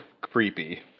creepy